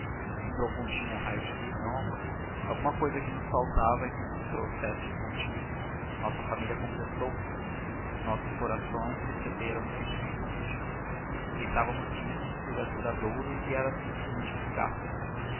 entrou contigo um raio de luz nova alguma coisa que nos faltava e que tu trouxeste contigo nossa família completou se nossos corações receberam um sentimento último pensávamos que isto seria duradouro e era simplesmente fugaz